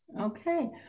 Okay